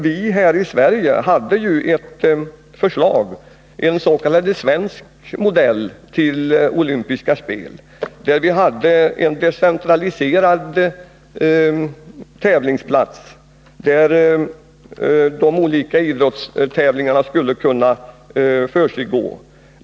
Vi här i Sverige framlade ju ett förslag till en s.k. svensk modell för de olympiska spelen med decentraliserade tävlingsplatser, där de olika idrottstävlingarna skulle kunna försiggå.